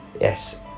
Yes